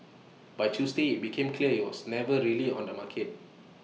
by Tuesday IT became clear he was never really on the market